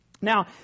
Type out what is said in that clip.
Now